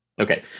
Okay